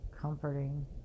comforting